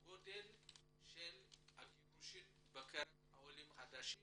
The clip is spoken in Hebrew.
לשיעור הגירושין בקרב העולים החדשים